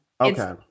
okay